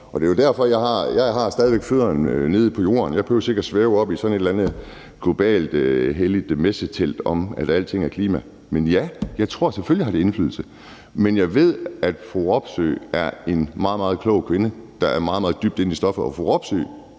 og det er jo derfor, jeg stadig væk har fødderne nede på jorden; jeg behøver ikke svæve oppe i sådan et eller andet globalt helligt messetelt, hvor man siger, at alting er klima. Men ja, jeg tror selvfølgelig, at det har indflydelse. Men jeg ved, at fru Katrine Robsøe er en meget, meget klog kvinde, der er meget, meget dybt inde i stoffet, og fru Katrine